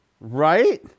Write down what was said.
right